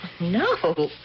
No